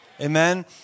Amen